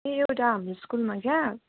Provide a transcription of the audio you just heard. ए एउटा हाम्रो स्कुलमा क्या